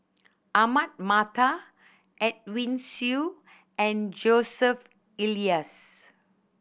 Ahmad Mattar Edwin Siew and Joseph Elias